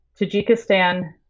Tajikistan